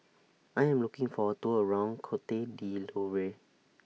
I Am looking For A Tour around Cote D'Ivoire